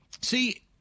See